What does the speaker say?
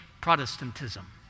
Protestantism